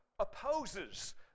opposes